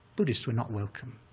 buddhists were not welcome,